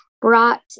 brought